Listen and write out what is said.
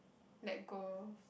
let go